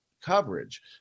coverage